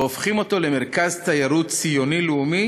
והופכים אותו למרכז תיירות ציוני-לאומי